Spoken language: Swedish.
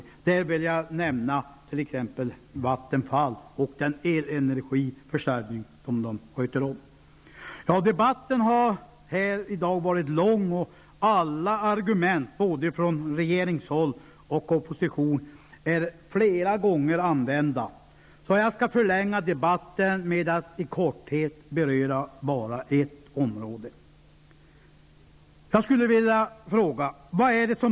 Som exempel vill jag nämna Vattenfall och den elenergiförsörjning de sköter om. Debatten här i dag har varit lång. Alla argument både från regeringshåll och från oppositionen, är flera gånger använda. Jag skall därför förlänga debatten med att i korthet beröra bara ett område.